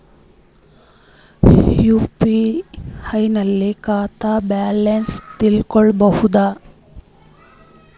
UPI ನಲ್ಲಿ ಖಾತಾ balance ತಿಳಕೊ ಬಹುದಾ?